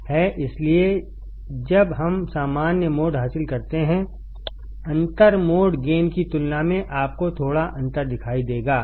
इसलिए जब हम सामान्य मोड हासिल करते हैंअंतर मोड गेन की तुलना में आपको थोड़ा अंतर दिखाई देगा